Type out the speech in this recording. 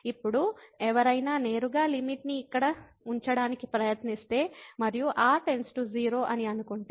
ఇప్పుడు ఎవరైనా నేరుగా లిమిట్ ని ఇక్కడ ఉంచడానికి ప్రయత్నిస్తే మరియు r→0 అని అనుకుంటే